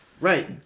right